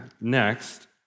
next